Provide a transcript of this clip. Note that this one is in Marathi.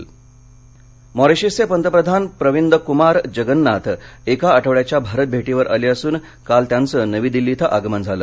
मॉरिशय पंतप्रधान मॉरिशसचे पंतप्रधान प्रविन्द कुमार जगन्नाथ एक आठवड्याच्या भारत भेटीवर आले असून काल त्यांचं नवीदिल्ली इथं आगमन झालं